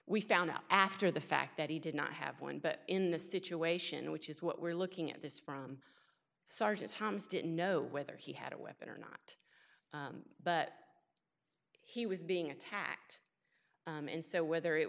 we found out after the fact that he did not have one but in the situation which is what we're looking at this from sergeant thomas didn't know whether he had a weapon or not but he was being attacked and so whether it